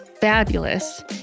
fabulous